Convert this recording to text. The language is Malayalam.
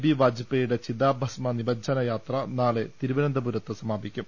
ബി വാജ്പേയിയുടെ ചിതാഭസ്മ നിമജ്ജന യാത്ര നാളെ തിരുവനന്തപുരത്ത് സമാപിക്കും